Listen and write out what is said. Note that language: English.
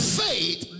faith